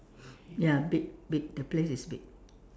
ya big big the place is big